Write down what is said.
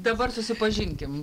dabar susipažinkim